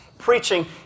Preaching